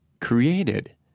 created